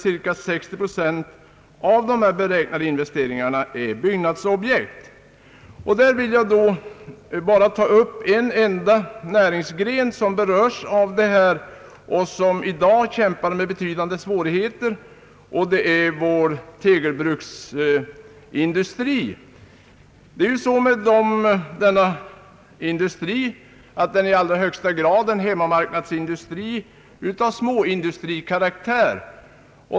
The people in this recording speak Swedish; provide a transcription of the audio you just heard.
Nära 60 procent av de beräknade investeringarna har alltså disponerats för byggnadsverksamhet. En näringsgren som direkt berörs härav — en näring som i dag kämpar med betydande svårigheter — är tegelindustrin, och jag har för avsikt att säga några ord om dess situation. Tegelindustrin är i allra högsta grad en hemmamarknadsindustri av småindustrikaraktär.